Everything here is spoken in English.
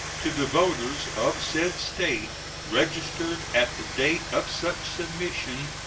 to the voters of said state registered at the date of such submission,